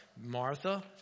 Martha